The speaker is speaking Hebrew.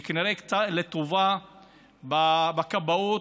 כנראה לטובה, בכבאות.